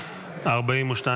בדבר תוספת תקציב לא נתקבלו.